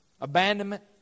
abandonment